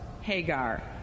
Hagar